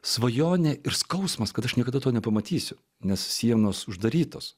svajonė ir skausmas kad aš niekada to nepamatysiu nes sienos uždarytos